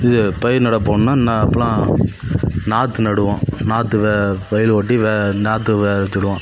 இது பயிர் நட போனோம்னால் நான் அப்போலாம் நாற்று நடுவோம் நாற்று வ வயலை ஒட்டி வ நாற்று வ வருவோம்